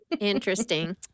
Interesting